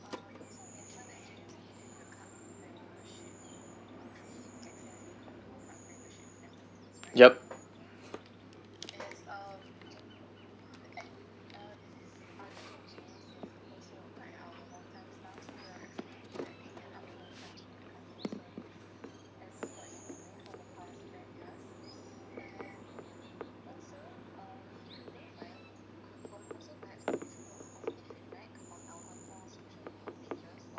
yup